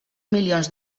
milions